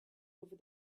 over